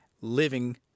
living